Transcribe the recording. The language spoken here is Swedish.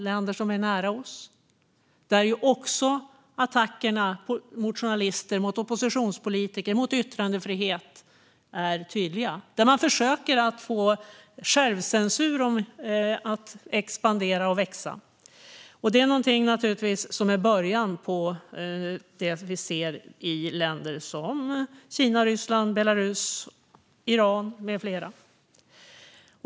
Det är länder nära oss, där attackerna mot journalister och oppositionspolitiker och mot yttrandefrihet är tydliga och man försöker få självcensur att expandera och växa. Det är början på det vi ser i länder som Kina, Ryssland, Belarus, Iran med flera.